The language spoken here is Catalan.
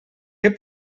què